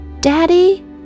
Daddy